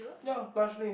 ya roughly